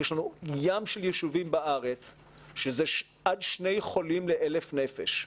יש לנו "ים" של יישובים בארץ שזה עד שני חולים ל-1,000 נפש.